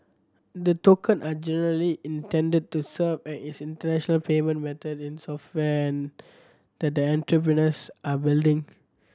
the tokens are generally intended to serve as internal payment method in software that the entrepreneurs are building